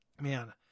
man